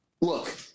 Look